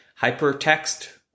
hypertext